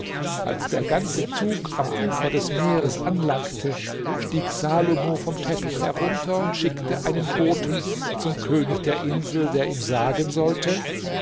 als der ganze zug um ufer des meeres anlangte stieg salomo vom teppich herunter und schickte einen boten zum könig der insel der ihm sagen sollte